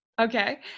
Okay